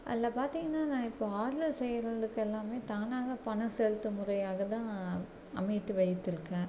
அதில் பார்த்தீங்கன்னா நான் இப்போ ஆர்டர் செய்றதுக்கு எல்லாமே தானாக பணம் செலுத்தும் முறையாக தான் அமைத்து வைத்திருக்கேன்